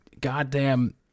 goddamn